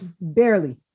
Barely